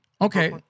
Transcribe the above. Okay